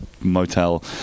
motel